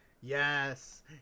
Yes